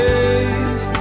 Days